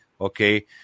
Okay